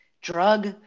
drug